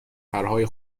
پرهای